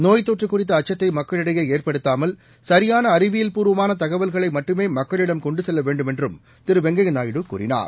நோய்த்தொற்று குறித்த அச்சததை மக்களிடையே ஏற்படுத்தாமல் சரியான அறிவியல் பூர்வமான தகவல்களை மட்டுமே மக்களிடம் கொண்டு செல்ல வேண்டுமென்றும் திரு வெங்கையா நாயுடு கூறினார்